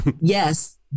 yes